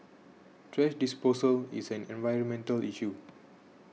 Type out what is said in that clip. thrash disposal is an environmental issue